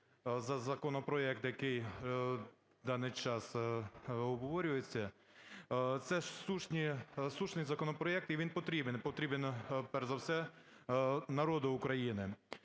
за законопроект, який в даний час обговорюється. Це слушний законопроект, і він потрібен, потрібен, перш за все, народу України.